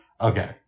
Okay